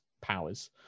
powers